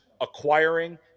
acquiring